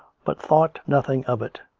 but thought nothing of it,